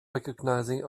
recognizing